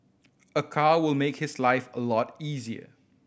a car will make his life a lot easier